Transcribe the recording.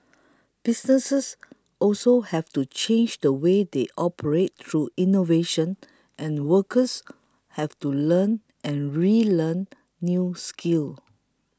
businesses also have to change the way they operate through innovation and workers have to learn and relearn new skills